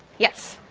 yes?